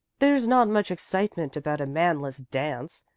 there's not much excitement about a manless dance,